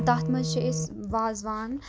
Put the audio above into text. تَتھ منٛز چھِ أسۍ وازوان